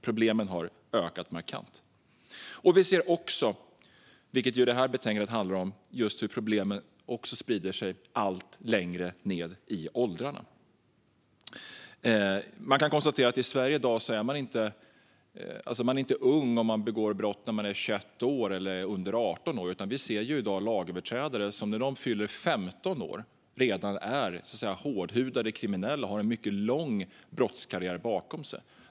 Problemen har ökat markant. Vi ser även, vilket det här betänkandet handlar om, hur problemet sprider sig allt längre ned i åldrarna. I dagens Sverige är man inte ung om man begår brott när man är mellan 18 och 21 år, utan vi ser lagöverträdare som redan när de fyller 15 år är hårdhudade kriminella och har en lång brottskarriär bakom sig.